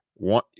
one